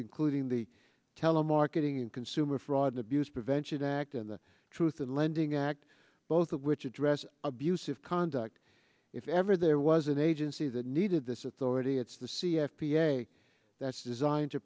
including the telemarketing and consumer fraud abuse prevention act and the truth of lending act both of which address abusive conduct if ever there was an agency that needed this authority it's the c f p a that's designed to